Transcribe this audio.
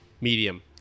medium